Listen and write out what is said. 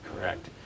correct